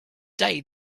day